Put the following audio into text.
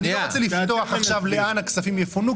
לא רוצה לפתוח עכשיו לאן הכספים יפונו,